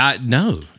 No